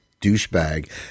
douchebag